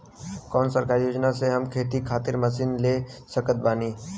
कौन सरकारी योजना से हम खेती खातिर मशीन ले सकत बानी?